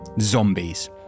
zombies